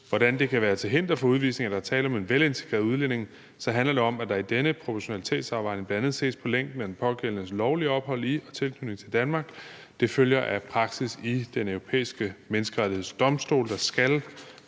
hvordan det kan være til hinder for udvisning, at der er tale om en velintegreret udlænding, handler det om, at der i denne proportionalitetsafvejning bl.a. ses på længden af den pågældendes lovlige ophold i og tilknytning til Danmark. Det følger af praksis i Den Europæiske Menneskerettighedsdomstol, at der skal